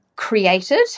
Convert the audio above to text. created